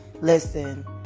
Listen